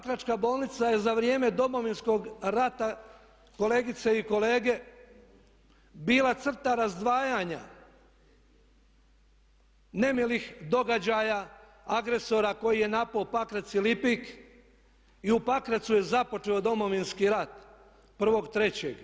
Pakračka bolnica je za vrijeme Domovinskog rata kolegice i kolege bila crta razdvajanja nemilih događaja, agresora koji je napao Pakrac i Lipik i u Pakracu je započeo Domovinski rat 1.3.